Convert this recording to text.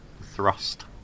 thrust